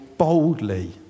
boldly